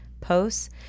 posts